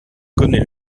connaît